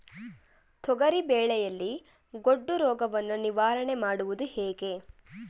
ತೊಗರಿ ಬೆಳೆಯಲ್ಲಿ ಗೊಡ್ಡು ರೋಗವನ್ನು ನಿವಾರಣೆ ಮಾಡುವುದು ಹೇಗೆ?